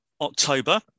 October